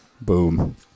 Boom